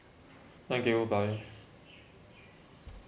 thank you bye